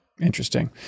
Interesting